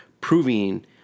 proving